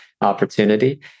opportunity